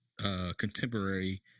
contemporary